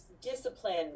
discipline